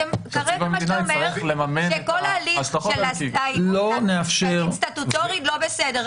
אתה אומר שכל ההליך של הסטטוטורי לא בסדר.